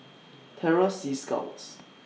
Terror Sea Scouts